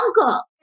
uncle